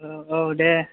औ औ औ दे